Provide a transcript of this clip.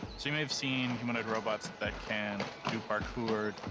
so you may have seen humanoid robots that can do parkour,